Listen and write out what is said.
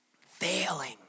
failing